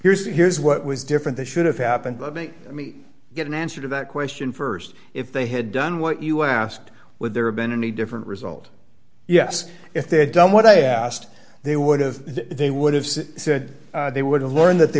here's the here's what was different this should have happened but make me get an answer to that question st if they had done what you asked would there have been a different result yes if they had done what i asked they would have they would have said said they would have learned that they